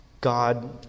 God